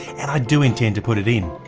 and i do intend to put it in.